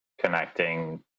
connecting